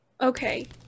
Okay